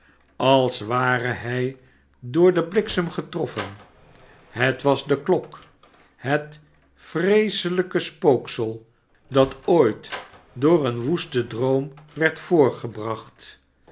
als ware hij door den bliksem getroffen het was de klok het vreeselijkste spooksel dat ooit door een woesten droom werd voortgebracht